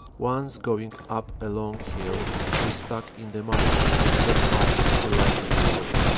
once going up a long hill we stuck in the mire and got off to lighten the load.